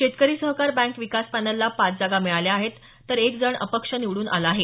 शेतकरी सहकार बँक विकास पॅनेलला पाच जागा मिळाल्या आहेत तर एक जण अपक्ष निवडून आला आहे